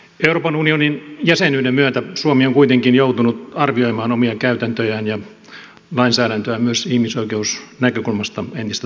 euroopan unionin jäsenyyden myötä suomi on kuitenkin joutunut arvioimaan omia käytäntöjään ja lainsäädäntöään myös ihmisoikeusnäkökulmasta entistä tarkemmin